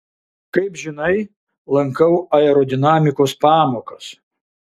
kaip žinai lankau aerodinamikos pamokas